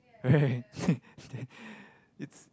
right